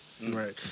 Right